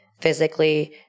physically